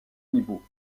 niveau